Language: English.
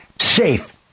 safe